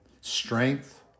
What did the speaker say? strength